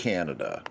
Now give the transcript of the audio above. Canada